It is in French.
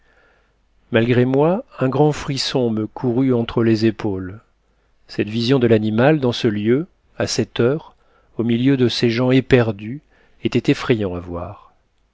malgré moi un grand frisson me courut entre les épaules cette vision de l'animal dans ce lieu à cette heure au milieu de ces gens éperdus était effrayante à voir